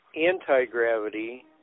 anti-gravity